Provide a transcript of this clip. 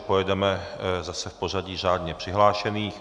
Pojedeme zase v pořadí řádně přihlášených.